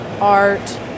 art